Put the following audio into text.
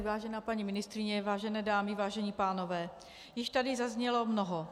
Vážená paní ministryně, vážené dámy, vážení pánové, již tady zaznělo mnoho.